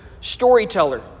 storyteller